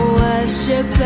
worship